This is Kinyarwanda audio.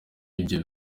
ibyo